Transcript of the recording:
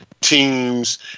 teams